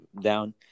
down